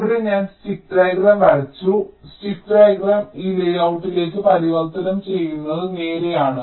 ഇവിടെ ഞാൻ stick diagram വരച്ചു സ്റ്റിക്ക് ഡയഗ്രം ഈ ലേയൌട്ടിലേക്ക് പരിവർത്തനം ചെയ്യുന്നത് നേരെയാണ്